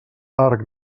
arc